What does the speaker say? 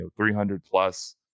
300-plus